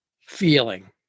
feeling